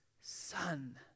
Son